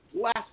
last